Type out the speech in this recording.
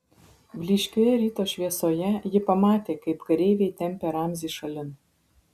blyškioje ryto šviesoje ji pamatė kaip kareiviai tempia ramzį šalin